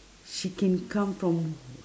she can come from